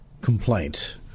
complaint